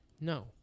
No